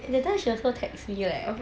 at that time she has no text me leh